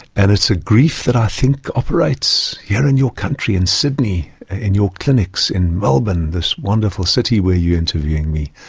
and it's a grief that i think operates here in your country in sydney in your clinics, in melbourne, this wonderful city where you are interviewing me.